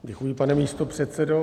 Děkuji, pane místopředsedo.